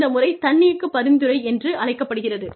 இந்த முறை தன்னியக்கப் பரிந்துரை என்று அழைக்கப்படுகிறது